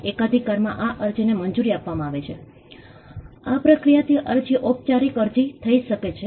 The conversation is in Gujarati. અને તે માળખાને બે ભાગમાં વહેંચી શકાય છે એક પ્રક્રિયા ભાગ એક પરિણામ ભાગ છે